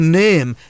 name